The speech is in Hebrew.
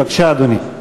בבקשה, אדוני.